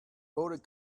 voted